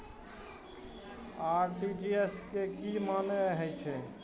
RTGS के की मानें हे छे?